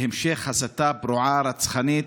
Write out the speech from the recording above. והמשך הסתה פרועה, רצחנית,